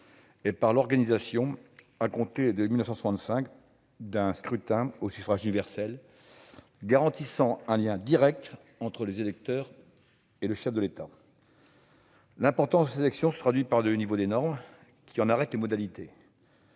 et par l'organisation, à compter de 1965, d'un scrutin au suffrage universel garantissant un lien direct entre les électeurs et le chef de l'État. L'importance de cette élection se traduit par le niveau des normes qui en arrêtent les modalités.